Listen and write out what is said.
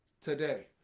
today